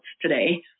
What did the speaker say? today